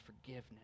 forgiveness